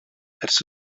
ers